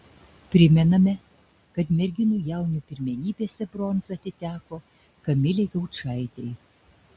primename kad merginų jaunių pirmenybėse bronza atiteko kamilei gaučaitei